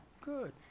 good